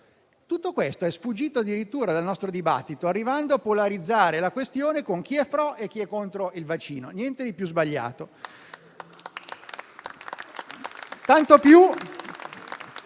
Tutto questo è sfuggito addirittura dal nostro dibattito, arrivando a polarizzare la questione con chi è pro e chi è contro il vaccino: niente di più sbagliato.